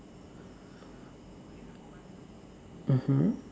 mmhmm